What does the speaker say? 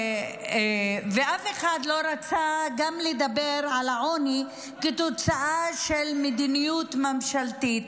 אף אחד לא רצה לדבר על העוני גם כתוצאה של מדיניות ממשלתית,